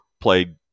played